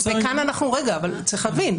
צריך להבין,